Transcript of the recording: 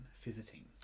visiting